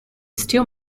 still